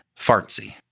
fartsy